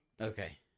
Okay